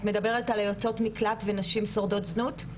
את מדברת על היוצאות מקלט ונשים שורדות זנות,